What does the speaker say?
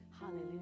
hallelujah